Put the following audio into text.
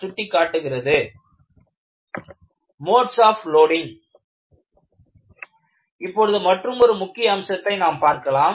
Modes of loading modes of loading இப்பொழுது மற்றுமொரு முக்கிய அம்சத்தை நாம் பார்க்கலாம்